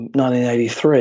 1983